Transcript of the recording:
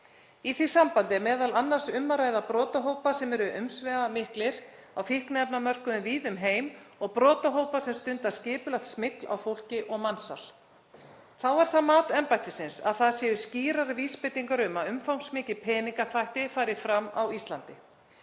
Í því sambandi er m.a. um að ræða brotahópa sem eru umsvifamiklir á fíkniefnamörkuðum víða um heim og brotahópa sem stunda skipulagt smygl á fólki og mansal. Þá er það mat embættisins að það séu skýrar vísbendingar um að umfangsmikið peningaþvætti fari fram á Íslandi.